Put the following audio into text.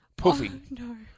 poofy